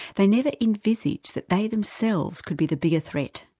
they never envisaged that they themselves could be the bigger threat.